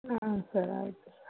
ಹಾಂ ಸರ್ ಆಯಿತು